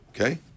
Okay